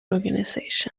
organisation